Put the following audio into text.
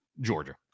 georgia